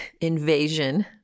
invasion